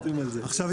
עכשיו,